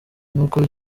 nkuko